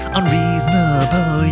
Unreasonable